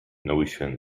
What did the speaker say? notion